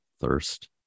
thirst